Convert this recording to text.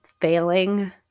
failing